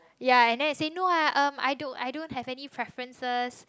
ya and then I say no ah um I don't I don't have any preferences